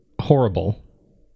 horrible